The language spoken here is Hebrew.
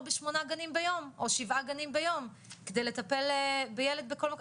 בשמונה או שבעה גנים ביום כדי לטפל בילד בכל גן.